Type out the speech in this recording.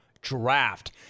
Draft